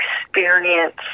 experience